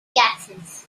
gases